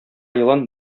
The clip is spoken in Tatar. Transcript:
елан